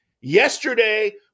yesterday